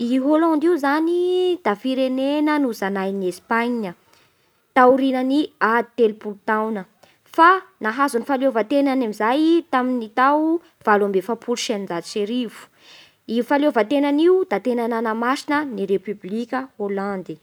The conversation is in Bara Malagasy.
I Holandy io zany da firenena nozanahin'i Espagne taorian'ny ady telopolo taogna fa nahazo ny fahaleovan-tenany amin'izay i tamin'ny tao valo amby efapolo sy eninjato sy arivo. I fahalaovan-tenany io da tena nanamasina ny republique holandy.